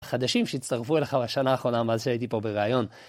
חדשים שהצטרפו אליך בשנה האחרונה, מאז שהייתי פה ברעיון.